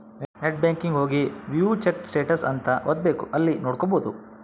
net banking ಹೋಗಿ view check status ಅಂತ ಒತ್ತಬೆಕ್ ಅಲ್ಲಿ ನೋಡ್ಕೊಬಹುದು